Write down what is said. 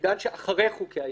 בעידן שאחרי חוקי היסוד,